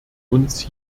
uns